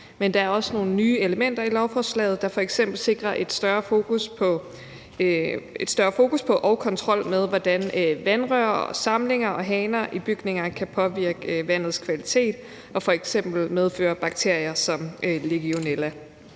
Men der er også nogle nye elementer i lovforslaget, der f.eks. sikrer et større fokus på og kontrol med, hvordan vandrør, samlinger og haner i bygninger kan påvirke vandets kvalitet og f.eks. medføre bakterier som legionella.